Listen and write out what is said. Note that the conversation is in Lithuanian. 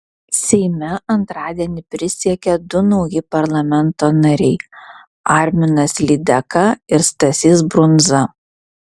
seime antradienį prisiekė du nauji parlamento nariai arminas lydeka ir stasys brundza